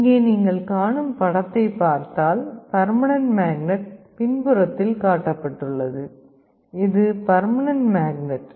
இங்கே நீங்கள் காணும் படத்தைப் பார்த்தால் பர்மனென்ட் மேக்னட் பின்புறத்தில் காட்டப்பட்டுள்ளது இது பர்மனென்ட் மேக்னட்